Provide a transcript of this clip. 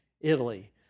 Italy